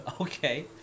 Okay